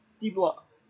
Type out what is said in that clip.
D-Block